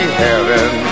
heaven